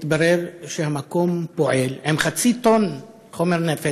התברר שהמקום פועל עם חצי טונה חומר נפץ,